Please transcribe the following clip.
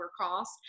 cost